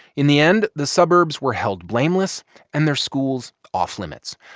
in the end, the suburbs were held blameless and their schools off limits.